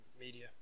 media